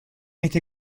este